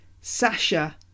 Sasha